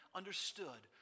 understood